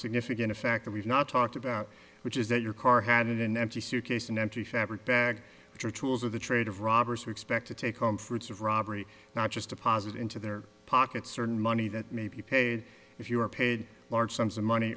significant a factor we've not talked about which is that your car had an empty suitcase an empty fabric bag which are tools of the trade of robbers who expect to take home fruits of robbery not just deposit into their pockets certain money that may be paid if you are paid large sums of money